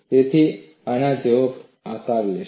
તેથી આ આના જેવો આકાર લેશે